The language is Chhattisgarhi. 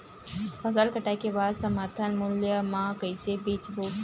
फसल कटाई के बाद समर्थन मूल्य मा कइसे बेचबो?